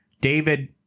David